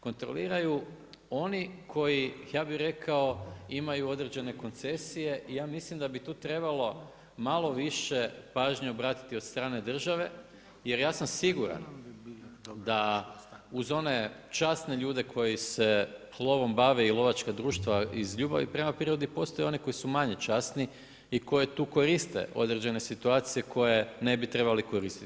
Kontroliraju oni koji ja bih rekao imaju određene koncesije i ja mislim da bi tu trebalo malo više pažnje obratiti od strane države, jer ja sam siguran da uz one časne ljude koji se lovom bave i lovačka društva iz ljubavi prema prirodi postoje oni koji su manje časni i koji tu koriste određene situacije koje ne bi trebali koristiti.